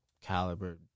caliber